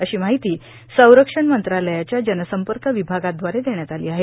अशी माहिती संरक्षण मंत्रालयाच्या जनसंपर्क विभागादवारे देण्यात आली आहे